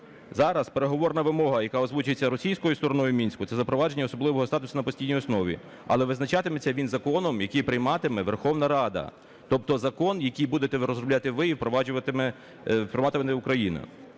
Зараз переговорна вимога, яка озвучується російською стороною в Мінську, це запровадження особливого статусу на постійній основі, але визначатиметься він законом, який прийматиме Верховна Рада. Тобто закон, який будете розробляти ви, і впроваджуватиме Україна.